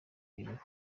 ibihumbi